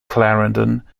clarendon